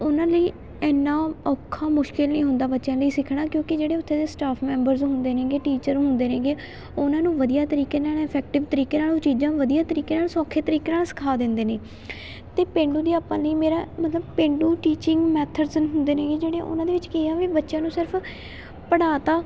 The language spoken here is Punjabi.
ਉਹਨਾਂ ਲਈ ਇੰਨਾਂ ਔਖਾ ਮੁਸ਼ਕਿਲ ਨਹੀਂ ਹੁੰਦਾ ਬੱਚਿਆਂ ਲਈ ਸਿੱਖਣਾ ਕਿਉਂਕਿ ਜਿਹੜੇ ਉੱਥੇ ਦੇ ਸਟਾਫ ਮੈਂਬਰਸ ਹੁੰਦੇ ਨੇਗੇ ਟੀਚਰ ਹੁੰਦੇ ਨੇਗੇ ਉਹਨਾਂ ਨੂੰ ਵਧੀਆ ਤਰੀਕੇ ਨਾਲ ਇਫੈਕਟਿਵ ਤਰੀਕੇ ਨਾਲ ਉਹ ਚੀਜ਼ਾਂ ਵਧੀਆ ਤਰੀਕੇ ਨਾਲ ਸੌਖੇ ਤਰੀਕੇ ਨਾਲ ਸਿਖਾ ਦਿੰਦੇ ਨੇ ਅਤੇ ਪੇਂਡੂ ਅਧਿਆਪਨ ਲਈ ਮੇਰਾ ਮਤਲਬ ਪੇਂਡੂ ਟੀਚਿੰਗ ਮੈਥਡਸ ਹੁੰਦੇ ਨੇਗੇ ਜਿਹੜੇ ਉਹਨਾਂ ਦੇ ਵਿੱਚ ਕੀ ਆ ਵੀ ਬੱਚਿਆਂ ਨੂੰ ਸਿਰਫ ਪੜ੍ਹਾ ਤਾ